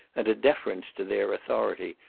and a deference to their authority,